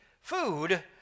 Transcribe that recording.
food